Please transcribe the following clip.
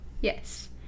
Yes